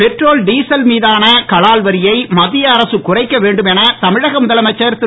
petrol diesel மீதான கலால் வரியை மத்திய அரசு குறைக்க வேண்டும் என தமிழக முதலமைச்சர் திரு